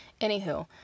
Anywho